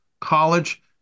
college